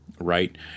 Right